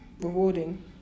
rewarding